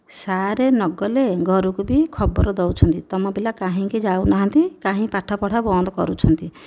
sir ନ ଗଲେ ଘରକୁ ବି ଖବର ଦେଉଛନ୍ତି ତୁମ ପିଲା କାହିଁକି ଯାଉନାହାଁନ୍ତି କାହିଁ ପାଠ ପଢ଼ା ବନ୍ଦ କରୁଛନ୍ତି